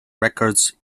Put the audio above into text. records